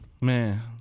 man